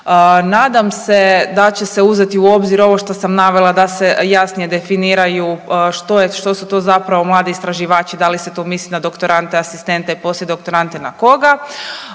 Nadam se da će se uzeti u obzir ovo što sam navela da se jasnije definiraju što su to zapravo mladi istraživači, da li se tu misli na doktorante asistente i poslije doktorante na koga.